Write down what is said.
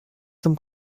zum